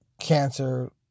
cancer